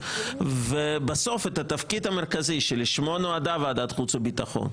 בסוף התפקיד המרכזי לשמו נועדה ועדת חוץ וביטחון,